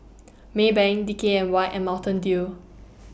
Maybank D K N Y and Mountain Dew